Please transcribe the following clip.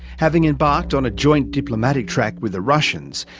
having embarked on a joint diplomatic track with the russians,